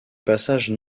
passages